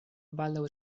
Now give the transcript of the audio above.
baldaŭ